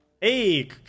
Hey